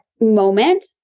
moment